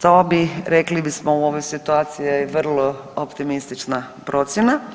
to bi rekli bismo u ovoj situaciji vrlo optimistična procjena.